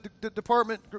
department